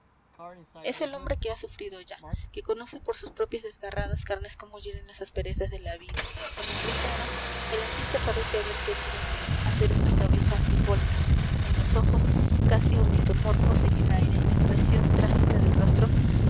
es el hombre que ha sufrido ya que conoce por sus propias desgarradas carnes cómo hieren las asperezas de la vida en el primero el artista parece haber querido hacer una cabeza simbólica en los ojos casi ornitomorfos en el aire en la expresión trágica del rostro